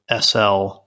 SL